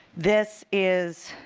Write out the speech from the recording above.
this is